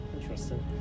Interesting